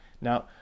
Now